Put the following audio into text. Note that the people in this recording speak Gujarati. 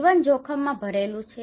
જીવન જોખમમાં ભરેલું છે